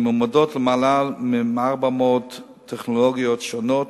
מועמדות למעלה מ-400 טכנולוגיות שונות,